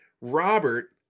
Robert